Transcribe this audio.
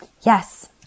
Yes